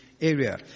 area